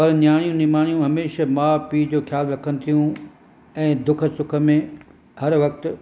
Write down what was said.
पर नियाणियूं निमाणियूं हमेशा माउ पीउ जो ख़्यालु रखनि थियूं ऐं दुख सुख में हर वक़्ति